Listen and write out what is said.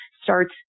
starts